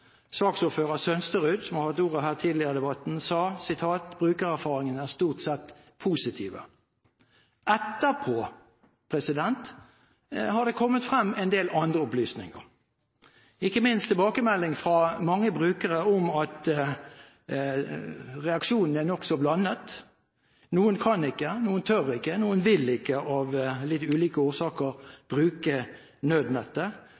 Saksordfører Sønsterud som har hatt ordet her tidligere i debatten, sa: «Brukererfaringene er stort sett positive.» Etterpå har det kommet frem en del andre opplysninger, ikke minst tilbakemelding fra mange brukere om at reaksjonene er nokså blandet. Noen kan ikke, noen tør ikke, noen vil ikke – av litt ulike årsaker – bruke nødnettet.